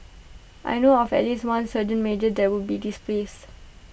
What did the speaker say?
I know of at least one sergeant major that would be displeased